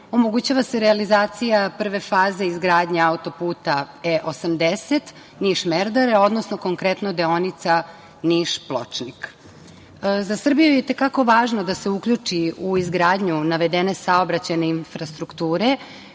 omogućava se realizacija prve faze izgradnje autoputa E-80 Niš-Merdare, odnosno konkretno deonica Niš-Pločnik.Za Srbiju je i te kako važno da se uključi u izgradnju navedene saobraćajne infrastrukture